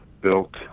built